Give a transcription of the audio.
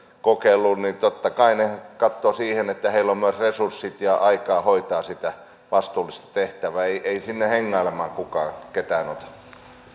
kokeiluun totta kai katsovat että heillä on myös resurssit ja aikaa hoitaa sitä vastuullista tehtävää ei ei sinne hengailemaan kukaan ketään ota